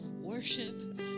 worship